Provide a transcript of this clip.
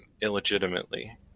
illegitimately